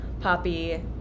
poppy